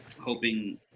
hoping